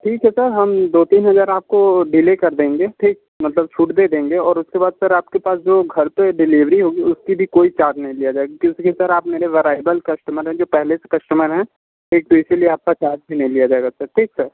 ठीक है सर हम दो तीन हज़ार आपको ढीले कर देंगे ठीक मतलब छूट दे देंगे और उसके बाद सर आपके पास जो घर पर डिलीवरी होगी उसकी भी कोई चार्ज नहीं लिया जाएगा क्योंकि सर आप मेरे वैल्यूएबल कस्टमर हैं जो पहले से कस्टमर हैं ठीक तो इसीलिए आपका चार्ज भी नहीं लिया जाएगा सर ठीक सर